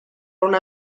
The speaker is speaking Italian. una